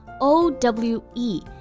O-W-E